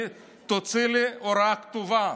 תוציא לי הוראה כתובה,